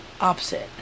opposite